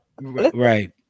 right